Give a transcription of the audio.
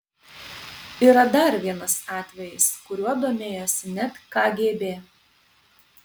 yra dar vienas atvejis kuriuo domėjosi net kgb